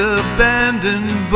abandoned